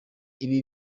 ibi